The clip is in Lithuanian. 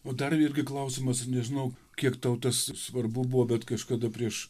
o dar irgi klausimas nežinau kiek tau tas svarbu buvo bet kažkada prieš